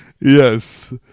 Yes